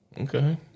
Okay